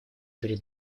перед